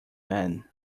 man